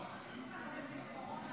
חברי